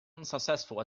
unsuccessful